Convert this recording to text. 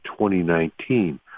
2019